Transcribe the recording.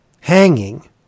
hanging